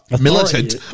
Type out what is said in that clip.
militant